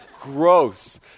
Gross